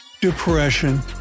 depression